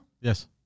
Yes